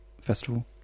festival